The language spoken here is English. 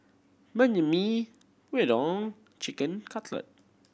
Banh Mi Gyudon Chicken Cutlet